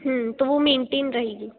हूँ तो वो मेंटेन रहेगी